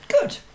good